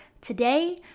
today